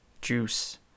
juice